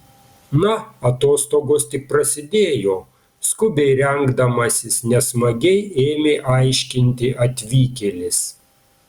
na atostogos tik prasidėjo skubiai rengdamasis nesmagiai ėmė aiškinti atvykėlis